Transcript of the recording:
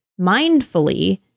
mindfully